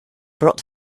brought